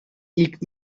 ilk